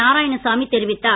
நாராயணசாமி தெரிவித்தார்